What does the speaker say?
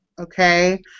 okay